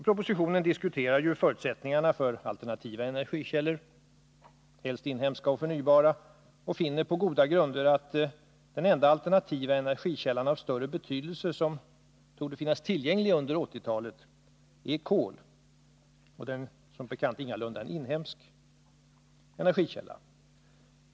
Propositionen diskuterar förutsättningarna för alternativa energikällor — helst inhemska och förnybara — och finner på goda grunder att den enda alternativa energikälla av större betydelse som torde finnas tillgänglig under 1980-talet är kol, och det är som bekant ingalunda en inhemsk energikälla.